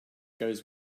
goes